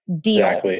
deal